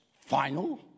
final